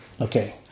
Okay